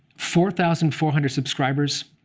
four thousand four hundred subscribers